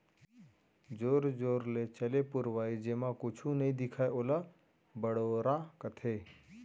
जोर जोर ल चले पुरवाई जेमा कुछु नइ दिखय ओला बड़ोरा कथें